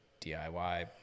DIY